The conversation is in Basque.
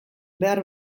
behar